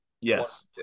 Yes